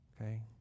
Okay